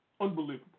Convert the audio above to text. Unbelievable